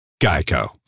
Geico